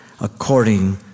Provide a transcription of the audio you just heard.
according